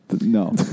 No